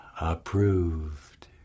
approved